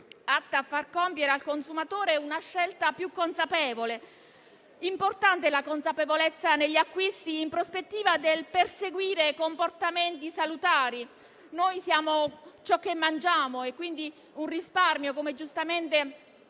atta a far compiere al consumatore una scelta più consapevole. Importante è la consapevolezza negli acquisti nella prospettiva di perseguire comportamenti salutari. Noi siamo ciò che mangiamo, quindi un risparmio a livello